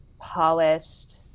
polished